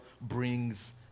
brings